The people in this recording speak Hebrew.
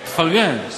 תפרגן.